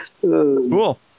Cool